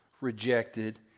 rejected